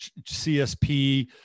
CSP